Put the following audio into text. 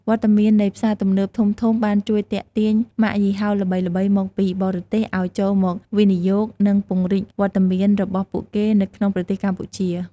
វត្តមាននៃផ្សារទំនើបធំៗបានជួយទាក់ទាញម៉ាកយីហោល្បីៗមកពីបរទេសឲ្យចូលមកវិនិយោគ និងពង្រីកវត្តមានរបស់ពួកគេនៅក្នុងប្រទេសកម្ពុជា។